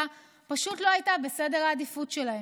פשוט לא הייתה בסדר העדיפויות שלהם.